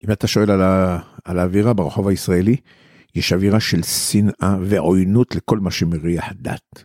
אם אתה שואל על האווירה ברחוב הישראלי, יש אווירה של שנאה ועוינות לכל מה שמריח דת.